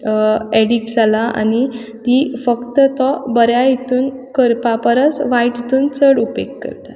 addict जाला आनी तीं फकत् तो बऱ्या हितून करपा परस वायट हितून चड उपेग करतात